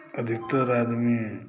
अधिकतर आदमी